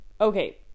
okay